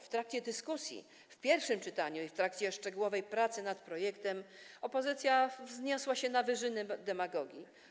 W trakcie dyskusji w pierwszym czytaniu i w trakcie szczegółowej pracy nad projektem opozycja wzniosła się na wyżyny demagogii.